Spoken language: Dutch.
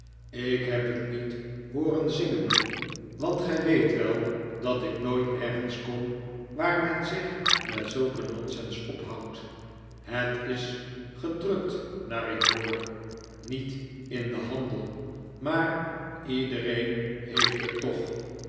ik heb het niet hooren zingen want gij weet wel dat ik nooit ergens kom waar men zich met zulke nonsens ophoudt het is gedrukt naar ik hoor niet in den handel maar iedereen heeft het toch